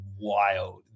wild